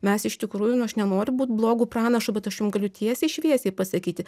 mes iš tikrųjų nu aš nenoriu būt blogu pranašu bet aš jum galiu tiesiai šviesiai pasakyti